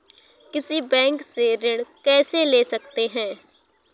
किसी बैंक से ऋण कैसे ले सकते हैं?